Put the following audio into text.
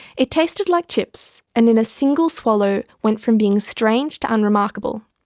it tasted like chips, and in a single swallow went from being strange to unremarkable,